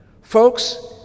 Folks